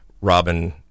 Robin